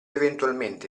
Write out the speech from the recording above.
eventualmente